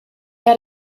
had